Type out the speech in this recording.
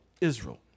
Israel